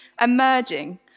emerging